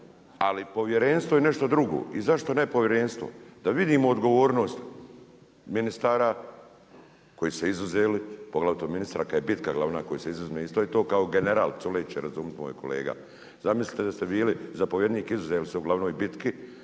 ali povjerenstvo je nešto drugo. I zašto ne povjerenstvo? Da vidimo odgovornost ministara koji su se izuzeli, poglavito ministara kad je bitka glavna kad se izuzme. Isto je to kao general Culej će razumit, moj kolega. Zamislite da ste bili zapovjednik, izuzeli se u glavnoj bitki